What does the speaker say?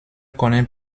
connaît